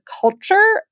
culture